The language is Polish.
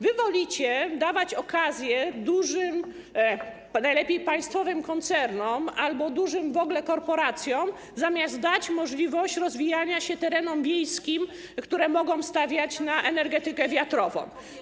Wy wolicie dawać okazje dużym, najlepiej państwowym, koncernom albo w ogóle dużym korporacjom, zamiast dać możliwość rozwijania się terenom wiejskim, które mogą stawiać na energetykę wiatrową.